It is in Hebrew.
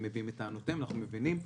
הם מביאים את טענותיהם ואנחנו מבינים.